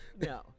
No